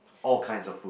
all kinds of food